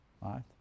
right